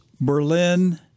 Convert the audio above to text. Berlin